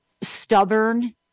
stubborn